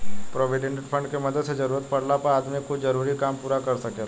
provident fund के मदद से जरूरत पाड़ला पर आदमी कुछ जरूरी काम पूरा कर सकेला